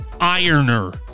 ironer